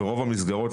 ורוב המסגרות,